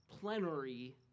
plenary